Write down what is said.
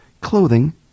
clothing